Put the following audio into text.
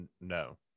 no